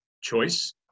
choice